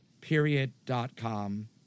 Period.com